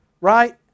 right